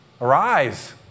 arise